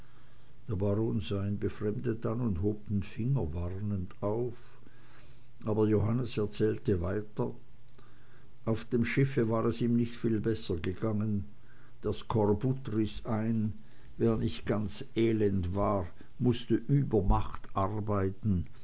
der baron sah ihn befremdet an und hob den finger warnend auf aber johannes erzählte weiter auf dem schiffe war es ihm nicht viel besser gegangen der skorbut riß ein wer nicht ganz elend war mußte über macht arbeiten